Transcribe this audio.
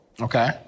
Okay